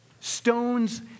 Stones